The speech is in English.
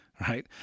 Right